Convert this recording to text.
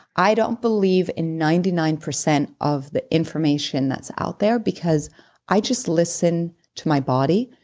i don't believe in ninety nine percent of the information that's out there because i just listen to my body,